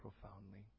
profoundly